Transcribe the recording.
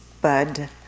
bud